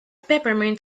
peppermint